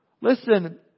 Listen